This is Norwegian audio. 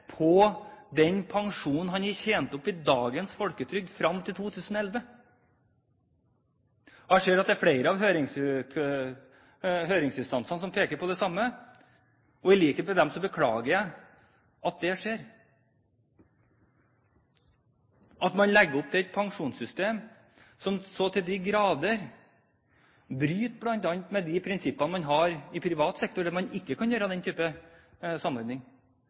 på det samme, og i likhet med dem beklager jeg at det skjer – at man legger opp til et pensjonssystem som så til de grader bryter bl.a. med de prinsippene man har i privat sektor, der man ikke kan gjøre den typen samordning.